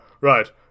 Right